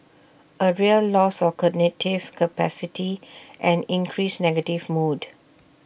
A real loss of cognitive capacity and increased negative mood